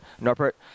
Norbert